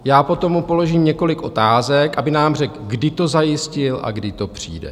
Já potom mu položím několik otázek, aby nám řekl, kdy to zajistil a kdy to přijde.